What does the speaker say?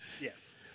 Yes